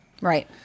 Right